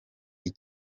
ibi